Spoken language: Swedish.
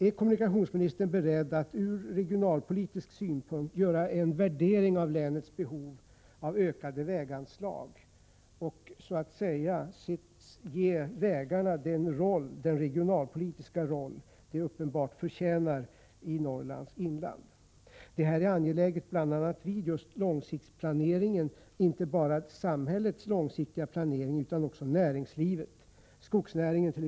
Är kommunikationsministern beredd att ur regionalpolitisk synvinkel göra en värdering av länets behov av ökade väganslag och därmed så att säga ge vägarna den regionalpolitiska roll de uppenbarligen förtjänar i Norrlands inland? Detta är angeläget, bl.a. just i den långsiktiga planeringen —-inte bara samhällets utan också näringslivets långsiktiga planering.